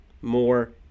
more